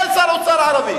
אין שר אוצר ערבי.